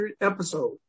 episode